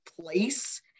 place